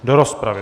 Do rozpravy.